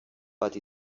bat